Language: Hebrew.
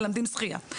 מלמדים שחייה.